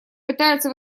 пытаются